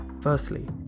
Firstly